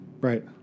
Right